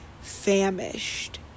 famished